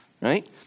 right